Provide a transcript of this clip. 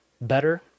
better